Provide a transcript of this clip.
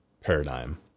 paradigm